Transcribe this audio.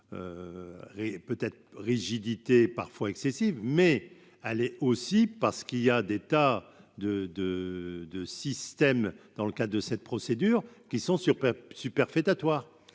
peut être rigidité parfois excessive, mais aller aussi parce qu'il y a des tas de de de systèmes, dans le cas de cette procédure, qui sont sur superfétatoire